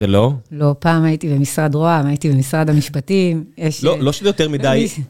זה לא? לא, פעם הייתי במשרד רוה"מ, הייתי במשרד המשפטים. יש, אה..לא, לא שזה יותר מדי.